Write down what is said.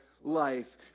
life